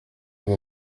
bwo